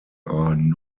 are